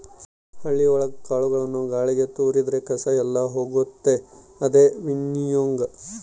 ಹಳ್ಳಿ ಒಳಗ ಕಾಳುಗಳನ್ನು ಗಾಳಿಗೆ ತೋರಿದ್ರೆ ಕಸ ಎಲ್ಲ ಹೋಗುತ್ತೆ ಅದೇ ವಿನ್ನೋಯಿಂಗ್